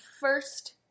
first